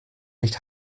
nicht